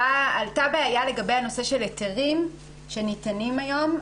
עלתה בעיה לגבי הנושא של היתרים שניתנים היום.